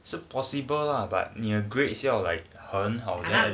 it's possible lah but 你的 grades 要 like 很好 at the same time